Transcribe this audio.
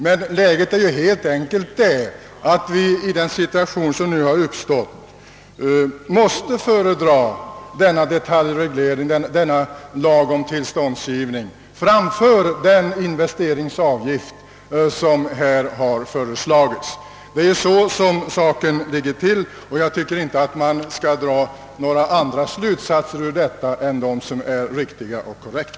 Den situation som nu har uppstått är helt enkelt sådan att vi måste föredra lagen om tillståndsgivning framför den investeringsavgift som har föreslagits. Så ligger saken till, och man skall inte dra några andra slutsatser av detta än sådana som är korrekta.